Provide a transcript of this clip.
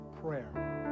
prayer